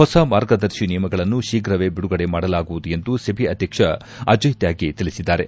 ಹೊಸ ಮಾರ್ಗದರ್ಶಿ ನಿಯಮಗಳನ್ನು ಶೀಘವೇ ಬಿಡುಗಡೆ ಮಾಡಲಾಗುವುದು ಎಂದು ಸೆಬಿ ಅಧ್ಯಕ್ಷ ಅಜಯ್ ತ್ಯಾಗಿ ತಿಳಿಸಿದ್ದಾರೆ